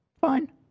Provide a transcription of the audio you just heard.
Fine